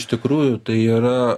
iš tikrųjų tai yra